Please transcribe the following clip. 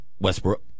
Westbrook